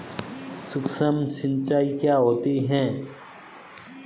सुक्ष्म सिंचाई क्या होती है?